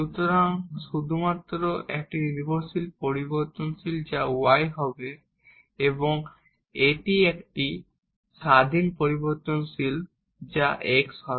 সুতরাং শুধুমাত্র একটি ডিপেন্ডেন্ট ভেরিয়েবল যা y হবে এবং একটি ইন্ডিপেন্ডেন্ট ভেরিয়েবল যা x হবে